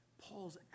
Paul's